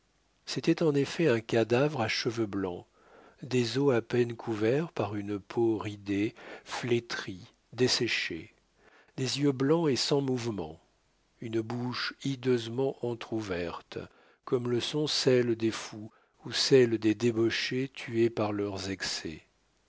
c'était en effet un cadavre à cheveux blancs des os à peine couverts par une peau ridée flétrie desséchée des yeux blancs et sans mouvement une bouche hideusement entr'ouverte comme le sont celles des fous ou celles des débauchés tués par leurs excès